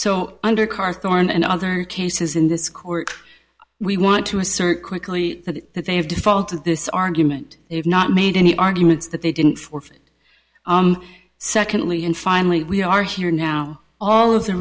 so under car thorne and other cases in this court we want to assert quickly that that they have defaulted this argument they have not made any arguments that they didn't or secondly and finally we are here now all of the